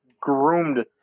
groomed